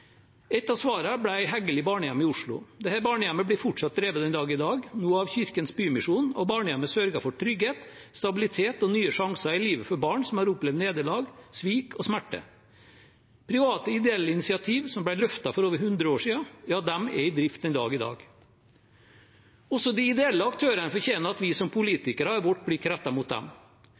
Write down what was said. Ett av svarene ble Heggeli Barnehjem i Oslo. Dette barnehjemmet blir drevet den dag i dag, nå av Kirkens Bymisjon. Barnehjemmet sørger for trygghet, stabilitet og nye sjanser i livet for barn som har opplevd nederlag, svik og smerte. Private ideelle initiativ som ble løftet for over 100 år siden, er i drift den dag i dag. Også de ideelle aktørene fortjener at vi som politikere har vårt blikk rettet mot dem.